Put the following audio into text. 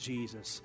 Jesus